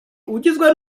ugizwe